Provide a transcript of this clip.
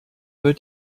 wird